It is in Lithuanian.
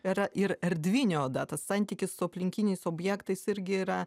yra ir erdvinė oda tas santykis su aplinkiniais objektais irgi yra